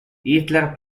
hitler